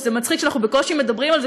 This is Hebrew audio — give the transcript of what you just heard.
וזה מצחיק שאנחנו בקושי מדברים על זה,